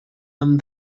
and